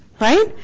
Right